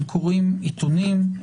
הם קוראים עיתונים,